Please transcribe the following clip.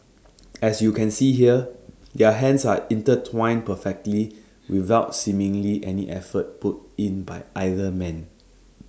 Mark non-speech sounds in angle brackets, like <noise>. <noise> as you can see here their hands are intertwined perfectly without seemingly any effort put in by either man